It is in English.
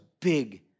big